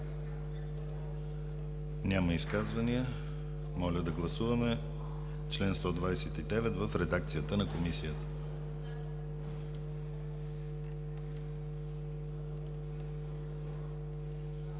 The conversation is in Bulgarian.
Няма изказвания. Моля да гласуваме чл. 129 в редакцията на Комисията.